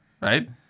Right